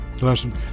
Listen